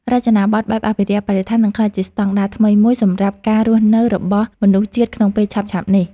រចនាប័ទ្មបែបអភិរក្សបរិស្ថាននឹងក្លាយជាស្តង់ដារថ្មីមួយសម្រាប់ការរស់នៅរបស់មនុស្សជាតិក្នុងពេលឆាប់ៗនេះ។